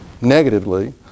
negatively